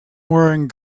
wearing